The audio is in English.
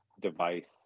device